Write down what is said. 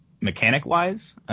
mechanic-wise